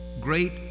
great